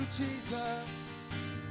Jesus